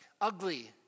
ugly